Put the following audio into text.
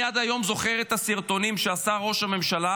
אני עד היום זוכר את הסרטונים שעשה ראש הממשלה.